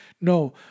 No